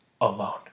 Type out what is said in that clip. alone